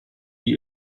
die